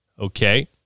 Okay